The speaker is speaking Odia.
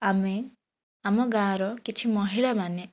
ଆମେ ଆମ ଗାଁର କିଛି ମହିଳାମାନେ